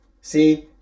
See